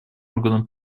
органом